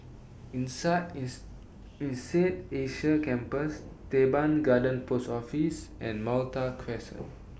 Insead Asia Campus Teban Garden Post Office and Malta Crescent